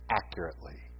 accurately